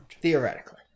Theoretically